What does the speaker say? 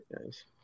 nice